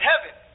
heaven